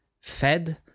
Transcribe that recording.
fed